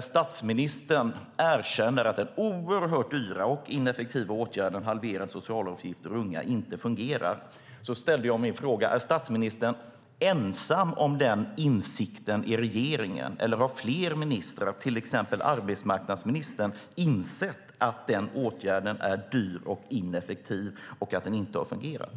statsministerns erkännande av att den oerhört dyra och ineffektiva åtgärden halverade socialavgifter för unga inte fungerar. Jag ställde frågan: Är statsministern ensam om denna insikt i regeringen? Eller har fler ministrar, till exempel arbetsmarknadsministern, insett att denna åtgärd är dyr och ineffektiv och att den inte har fungerat?